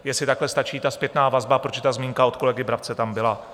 Jestli takhle stačí ta zpětná vazba, protože ta zmínka od kolegy Brabce tam byla?